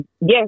Yes